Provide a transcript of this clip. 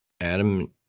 Adam